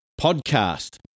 podcast